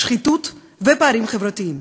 שחיתות ופערים חברתיים.